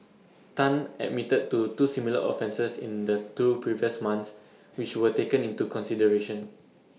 Tan admitted to two similar offences in the two previous months which were taken into consideration